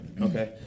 Okay